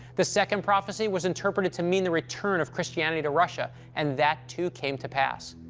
the second prophecy was interpreted to mean the return of christianity to russia, and that, too, came to pass.